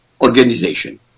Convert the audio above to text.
organization